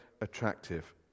attractive